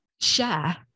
share